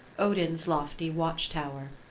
odin's lofty watch-tower.